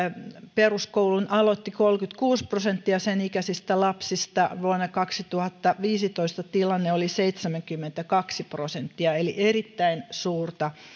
peruskoulun aloitti kolmekymmentäkuusi prosenttia senikäisistä lapsista ja vuonna kaksituhattaviisitoista tilanne oli seitsemänkymmentäkaksi prosenttia eli erittäin suurta